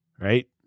right